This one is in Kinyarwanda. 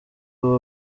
ubu